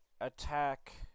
attack